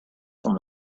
from